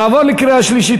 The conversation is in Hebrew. לעבור לקריאה שלישית,